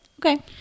Okay